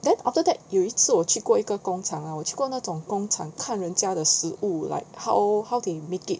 then after that 有一次我去过一个工厂 lor 我去过那种工厂看人家的食物 like how how they make it